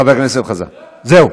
חבר הכנסת חזן, זהו.